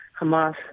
Hamas